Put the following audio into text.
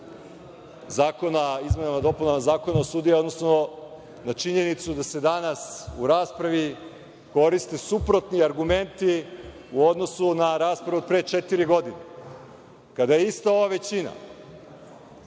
zakona, izmenama i dopunama Zakona o sudijama, odnosno na činjenicu da se danas u raspravi koriste suprotni argumenti u odnosu na raspravu pre četiri godine kada je ista ova većina